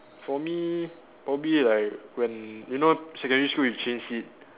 for me probably like when you know secondary school you change seat